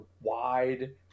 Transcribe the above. wide